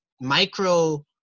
micro